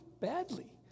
badly